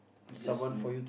interesting